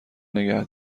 نگه